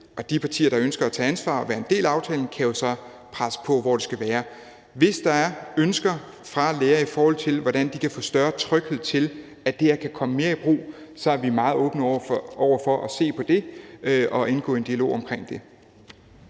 og de partier, der ønsker at tage ansvar og være en del af aftalen, kan jo så presse på, hvor det skal være. Hvis der er ønsker fra læger, i forhold til hvordan de kan få større tryghed, så det her kan komme mere i brug, er vi meget åbne over for at se på det og at indgå i en dialog om det.